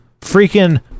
freaking